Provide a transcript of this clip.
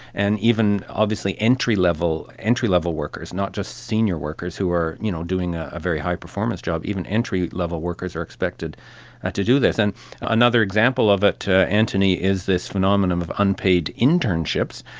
and even obviously entry-level entry-level workers, not just senior workers who are you know doing a very high performance job, even entry-level workers are expected to do this. and another example of it, antony, is this phenomenon of unpaid internships,